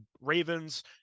Ravens